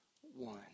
one